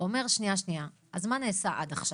אומר 'שנייה, שנייה, אז מה נעשה עד עכשיו?